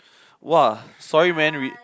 !wah! sorry man we